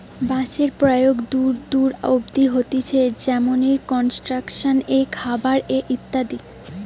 বাঁশের প্রয়োগ দূর দূর অব্দি হতিছে যেমনি কনস্ট্রাকশন এ, খাবার এ ইত্যাদি